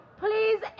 please